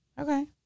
Okay